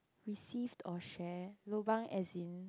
received or share lobang as in